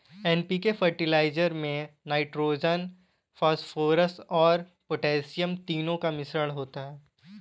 NPK fertilizer में nitrogen, phosphorus और potassium तीनों का मिश्रण होता है